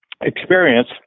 experience